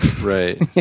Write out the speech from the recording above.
Right